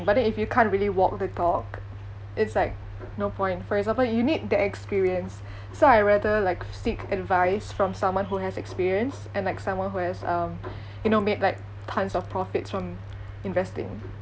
but then if you can't really walk the talk it's like no point for example you need the experience so I rather like seek advice from someone who has experience and like someone who has um you know made like tons of profits from investing